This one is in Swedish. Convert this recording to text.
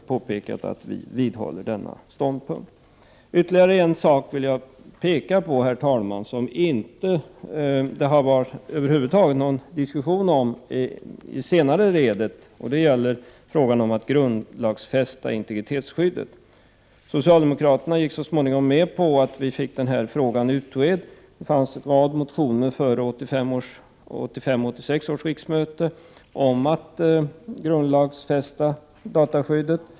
— Trio g. omm dosa påpekat att vi vidhåller denna vår ståndpunkt. Låt mig, herr talman, peka på ytterligare en sak som över huvud taget inte har diskuterats i det senare ledet. Det gäller frågan om att grundlagsfästa integritetsskyddet. Socialdemokraterna gick så småningom med på att utreda denna fråga. Det hade väckts en rad motioner till 1985/86 års riksmöte om att grundlagsfästa dataskyddet.